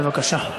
בבקשה.